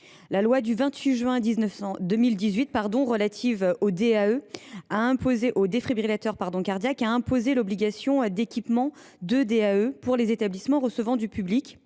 La loi du 28 juin 2018 relative au défibrillateur cardiaque a imposé l’obligation d’équipement en DAE des établissements recevant du public